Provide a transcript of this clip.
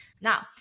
Now